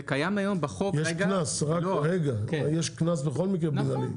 יש קנס בכל מקרה מנהלי.